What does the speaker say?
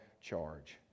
charge